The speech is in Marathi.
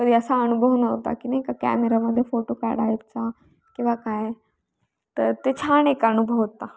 कधी असा अनुभव नव्हता की नाही का कॅमेरामध्ये फोटो काढायचा किंवा काय तर ते छान एक अनुभव होता